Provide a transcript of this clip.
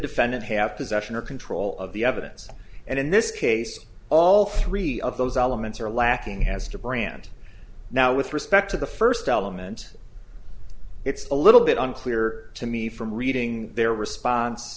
defendant have to zeshan or control of the evidence and in this case all three of those elements are lacking has to brand now with respect to the first element it's a little bit unclear to me from reading their response